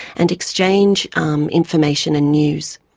and exchange um information and news.